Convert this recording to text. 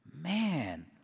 man